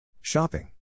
Shopping